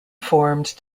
formed